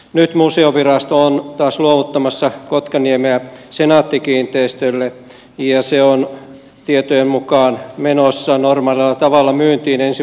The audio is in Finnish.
nyt museovirasto on taas luovuttamassa kotkaniemeä senaatti kiinteistöille ja se on tietojen mukaan menossa normaalilla tavalla myyntiin ensi vuoden aikana